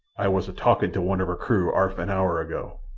i was a-talkin' to one of her crew arf an hour ago.